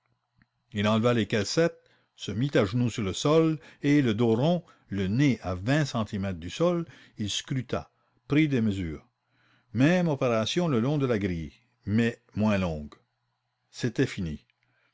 il enleva les caissettes se mît à genoux sur le sol et le dos rond le nez à vingt centimètres du sol il scruta prit des mesures même opération le long de la grille mais moins longue c'était fini